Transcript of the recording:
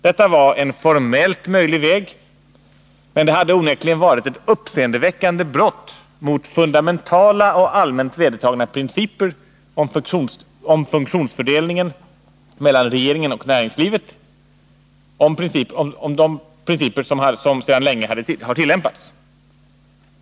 Detta var en formellt möjlig väg, men det hade onekligen varit ett uppseendeväckande brott mot de fundamentala och allmänt vedertagna principer om funktionsfördelningen mellan regeringen och näringslivet som sedan länge har tillämpats.